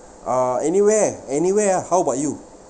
uh anywhere anywhere ah how about you